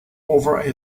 over